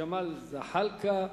ג'מאל זחאלקה.